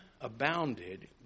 abounded